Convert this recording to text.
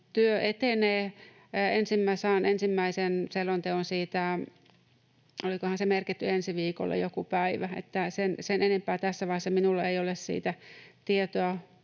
Työ etenee. Minä saan ensimmäisen selonteon siitä, olikohan se merkitty ensi viikolle jollekin päivälle. Sen enempää tässä vaiheessa minulla ei ole siitä tietoa.